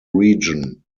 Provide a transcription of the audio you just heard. region